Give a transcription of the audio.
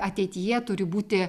ateityje turi būti